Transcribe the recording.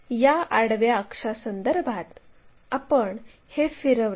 या आडव्या अक्षासंदर्भात आपण हे फिरवले